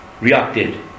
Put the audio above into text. reacted